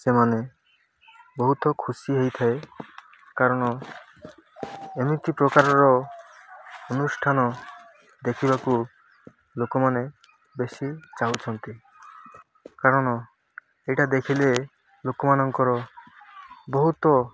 ସେମାନେ ବହୁତ ଖୁସି ହେଇଥାଏ କାରଣ ଏମିତି ପ୍ରକାରର ଅନୁଷ୍ଠାନ ଦେଖିବାକୁ ଲୋକମାନେ ବେଶୀ ଚାହୁଁଛନ୍ତି କାରଣ ଏଇଟା ଦେଖିଲେ ଲୋକମାନଙ୍କର ବହୁତ